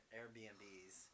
Airbnbs